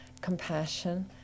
compassion